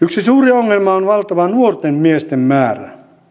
yksi suuri ongelma on valtava nuorten miesten määrä